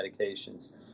medications